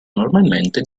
normalmente